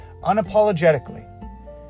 unapologetically